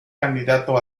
candidato